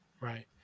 right